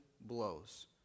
blows